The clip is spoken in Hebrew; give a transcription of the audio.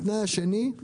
התנאי השני הוא